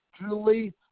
Julie